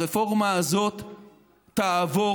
הרפורמה הזאת תעבור,